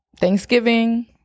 thanksgiving